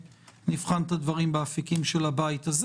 נבחן את הדברים גם באפיקים של הבית הזה